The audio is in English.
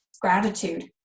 gratitude